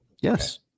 Yes